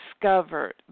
discovered